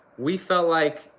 we felt like,